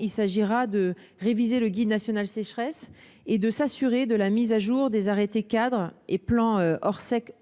Il s'agira de réviser le guide national sécheresse et de s'assurer de la mise à jour des arrêtés-cadres et du plan Orsec